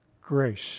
grace